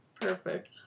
Perfect